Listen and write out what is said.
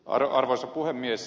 arvoisa puhemies